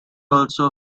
also